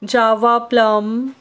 java plum